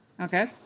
Okay